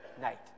night